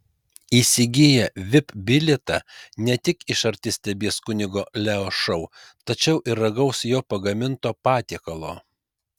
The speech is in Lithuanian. įsigiję vip bilietą ne tik iš arti stebės kunigo leo šou tačiau ir ragaus jo pagaminto patiekalo